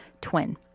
twin